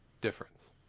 difference